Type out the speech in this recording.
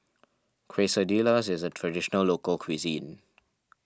Quesadillas is a Traditional Local Cuisine